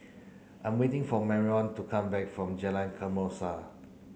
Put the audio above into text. I am waiting for Marrion to come back from Jalan Kesoma